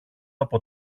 από